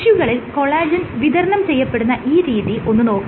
ടിഷ്യൂകളിൽ collagen വിതരണം ചെയ്യപ്പെടുന്ന ഈ രീതി ഒന്ന് നോക്കുക